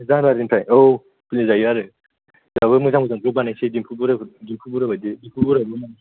जानुवारिनिफ्राय औ खुलिजायो आरो जोंहाबो मोजां मोजां भ्ल'ग बानायनोसै दिम्पु बरुवा बायदि